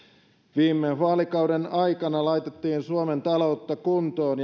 viime vaalikauden aikana laitettiin suomen taloutta kuntoon